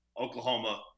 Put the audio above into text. Oklahoma